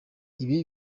ibi